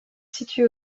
située